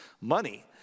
money